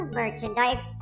merchandise